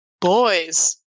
boys